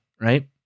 right